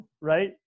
Right